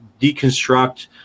deconstruct